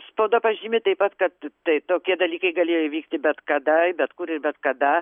spauda pažymi taip pat kad tai tokie dalykai galėjo įvykti bet kada bet kur ir bet kada